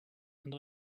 and